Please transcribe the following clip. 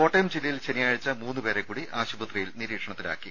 കോട്ടയം ജില്ലയിൽ ശനിയാഴ്ച മൂന്നുപേരെ കൂടി ആശുപത്രിയിൽ നിരീക്ഷണത്തിലാക്കി